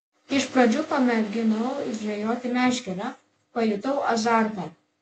iš pradžių pamėginau žvejoti meškere pajutau azartą